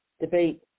debate